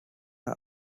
are